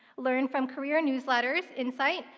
learn from career newsletters, insight,